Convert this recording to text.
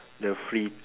the free